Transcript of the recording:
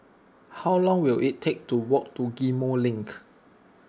how long will it take to walk to Ghim Moh Link